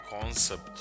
concept